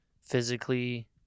physically